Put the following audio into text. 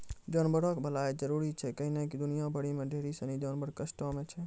जानवरो के भलाइ जरुरी छै कैहने कि दुनिया भरि मे ढेरी सिनी जानवर कष्टो मे छै